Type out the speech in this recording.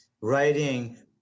writing